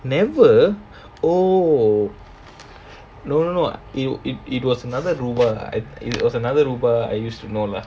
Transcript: never oh no no no it it it was another rupa it it was another rupa I used to know lah